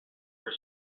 her